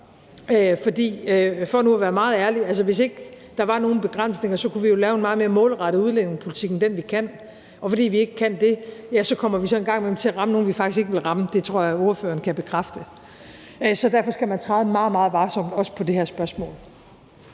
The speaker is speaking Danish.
for nu at være meget ærlig. Hvis ikke der var nogen begrænsninger, kunne vi jo lave en meget mere målrettet udlændingepolitik end den, vi kan, og fordi vi ikke kan det, så kommer vi så en gang imellem til at ramme nogle, vi faktisk ikke ville ramme. Det tror jeg at ordføreren kan bekræfte. Så derfor skal man træde meget, meget varsomt, også i det her spørgsmål.